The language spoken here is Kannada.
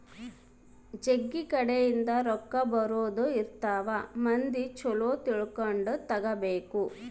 ಜಗ್ಗಿ ಕಡೆ ಇಂದ ರೊಕ್ಕ ಬರೋದ ಇರ್ತವ ಮಂದಿ ಚೊಲೊ ತಿಳ್ಕೊಂಡ ತಗಾಬೇಕು